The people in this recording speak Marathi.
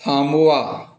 थांबवा